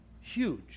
Huge